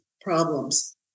problems